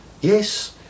yes